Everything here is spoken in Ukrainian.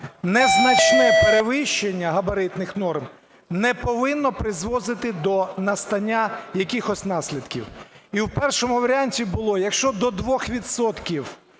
незначне перевищення габаритних норм не повинно призводити до настання якихось наслідків. І у першому варіанті було, якщо до 2